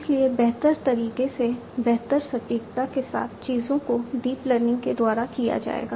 इसलिए बेहतर तरीके से बेहतर सटीकता के साथ चीजों को डीप लर्निंग के द्वारा किया जाएगा